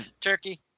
Turkey